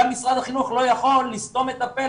גם משרד החינוך לא יכול לסתום את הפה